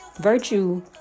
Virtue